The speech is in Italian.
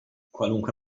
qualunque